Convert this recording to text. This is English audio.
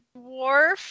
Dwarf